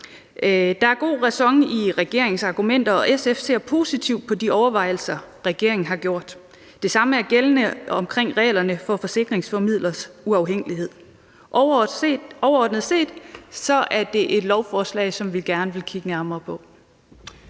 Der er god ræson i regeringens argumenter, og SF ser positivt på de overvejelser, regeringen har gjort sig. Det samme gælder reglerne for forsikringsformidlers uafhængighed. Overordnet set er det et lovforslag, som vi gerne vil kigge nærmere på.